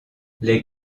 les